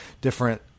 different